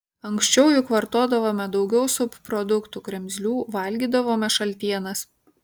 anksčiau juk vartodavome daugiau subproduktų kremzlių valgydavome šaltienas